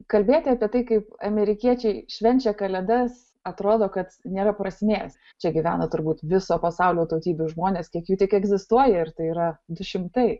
kalbėti apie tai kaip amerikiečiai švenčia kalėdas atrodo kad nėra prasmės čia gyvena turbūt viso pasaulio tautybių žmonės kiek jų tik egzistuoja ir tai yra du šimtai